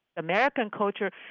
american culture,